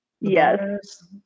Yes